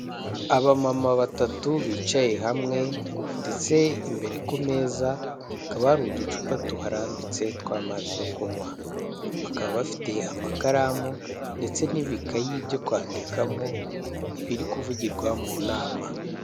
Abamama batatu bicaye hamwe, ndetse imbere ku meza hakaba hari uducupa tuharambitse tw'amazi yo kunywa, bakaba bafite amakaramu ndetse n'ibikayi byo kwandikamo, ibiri kuvugirwa mu nama.